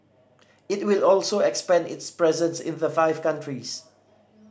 it will also expand its presence in the five countries